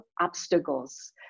obstacles